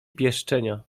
pieszczenia